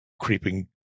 creeping